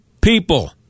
people